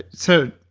so,